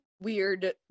weird